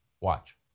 Watch